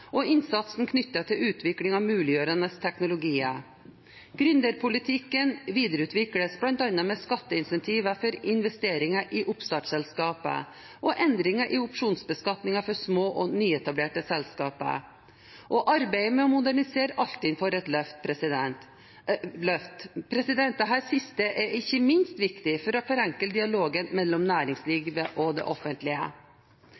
og innsatsen knyttet til utvikling av muliggjørende teknologier. Gründerpolitikken videreutvikles bl.a. med skatteincentiver for investeringer i oppstartsselskaper og endringer i opsjonsbeskatningen for små nyetablerte selskaper, og arbeidet med å modernisere Altinn får et løft. Dette siste er ikke minst viktig for å forenkle dialogen mellom